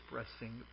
expressing